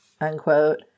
unquote